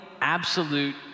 absolute